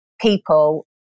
people